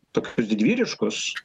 tokius didvyriškus